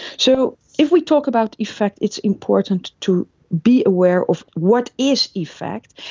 so if we talk about effect it's important to be aware of what is effect.